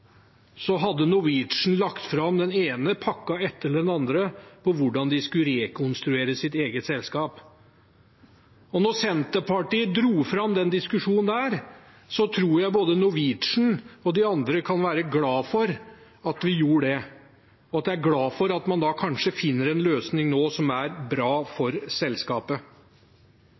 hadde Norwegian lagt fram den ene pakken etter den andre for hvordan de skulle rekonstruere sitt eget selskap. At Senterpartiet dro i gang den diskusjonen, tror jeg både Norwegian og de andre kan være glade for, og for at man kanskje nå finner en løsning som er bra for selskapet. Til slutt vil jeg bare si at de enighetene som har kommet fram her, bl.a. det som